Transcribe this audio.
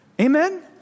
Amen